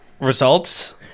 results